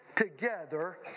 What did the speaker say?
together